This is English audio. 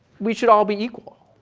we should all be equal.